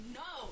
no